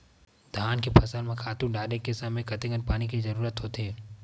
धान के फसल म खातु डाले के समय कतेकन पानी के जरूरत होथे?